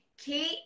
Kate